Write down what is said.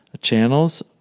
channels